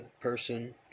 person